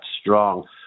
strong